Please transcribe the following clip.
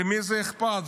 למי זה אכפת?